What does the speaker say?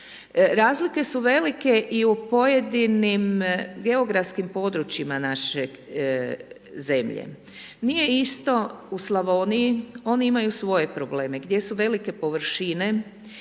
Razlike su velike i u pojedinim geografskim područjima naše zemlje. Nije isto u Slavoniji, oni imaju svoje probleme, gdje su velike površine i